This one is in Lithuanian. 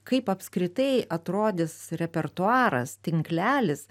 kaip apskritai atrodys repertuaras tinklelis